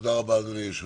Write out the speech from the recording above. תודה רבה הישיבה